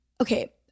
Okay